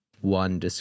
one